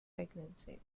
pregnancy